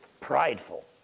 prideful